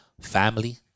family